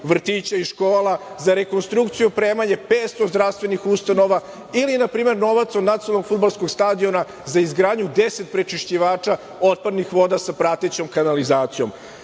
vrtića i škola, za rekonstrukciju i oprema 500 zdravstvenih ustanova ili npr. novac od nacionalnog fudbalskog stadiona za izgradnju 10 prečišćivača otpadnih voda sa pratećom kanalizacijom.